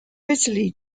bitterly